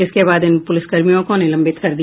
इसके बाद इन पुलिसकर्मियों को निलंबित कर दिया